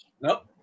Nope